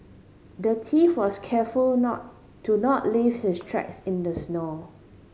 the thief was careful not to not leave his tracks in the snow